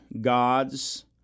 gods